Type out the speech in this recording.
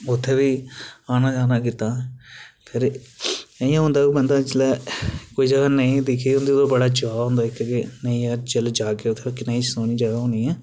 उत्थें बी आना जाना कीता फिर इंया होंदा कि बंदा जिसलै कोई जगह नेईं दिक्खी दी होंदी ते ओह्दा बड़ा चाऽ होंदा इक कि नेईं यार चलो जाह्गे उत्थें कनेही जगह होनी ऐ